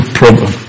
problem